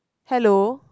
hello